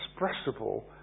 inexpressible